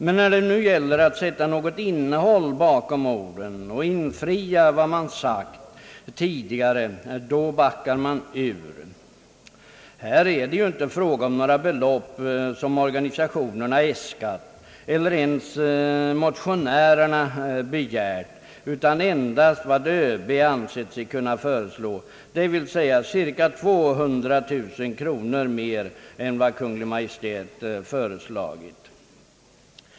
Men när det gäller att sätta något innehåll bakom orden och infria vad man tidigare lovat, då backar man ur. Här är det inte fråga om några belopp som organisationerna äskat eller ens motionärerna begärt utan endast om vad överbefälhavaren har ansett sig kunna föreslå, dvs. inklusive bidraget till sjövärnskåren cirka 200 000 kronor mer än vad Kungl. Maj:t har föreslagit.